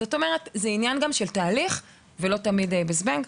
זאת אומרת שהתהליך הוא העניין ולא תמיד פותרים דברים ב- ׳זבנג׳.